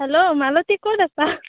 hello Malati ক'ত আছা